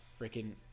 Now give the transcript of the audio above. freaking